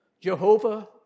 Jehovah